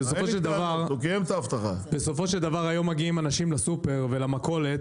בסופו של דבר היום מגיעים אנשים לסופר ולמכולת